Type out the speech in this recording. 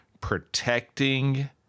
protecting